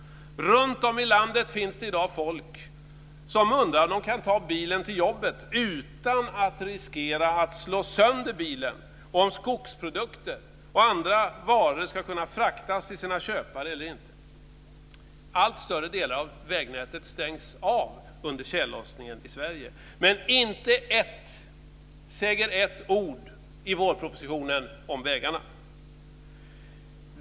Runtom i landet finns i dag människor som undrar om de ska kunna ta sig till jobbet utan att riskera att slå sönder bilen och om skogsprodukter och andra varor ska kunna fraktas till sina köpare eller inte. Allt större delar av vägnätet i Sverige stängs av under tjällossningen. Men inte ett, säger ett, ord om vägarna finns i vårpropositionen.